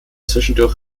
zwischendurch